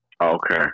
Okay